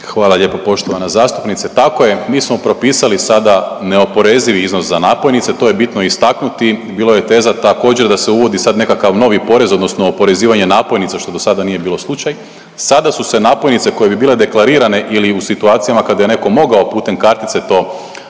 Hvala lijepo poštovana zastupnice. Tako je, mi smo propisali sada neoporezivi iznos za napojnice. To je bitno istaknuti. Bilo je teza također da se uvodi sad nekakav novi porez, odnosno oporezivanje napojnica što do sada nije bilo slučaj. Sada su se napojnice koje bi bile deklarirane ili u situacijama kada je netko mogao putem kartice to ostaviti